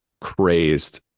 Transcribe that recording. crazed